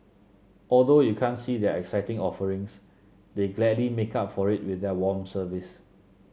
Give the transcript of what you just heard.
although you can't see their exciting offerings they gladly make up for it with their warm service